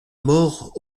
mort